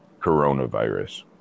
coronavirus